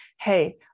hey